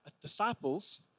disciples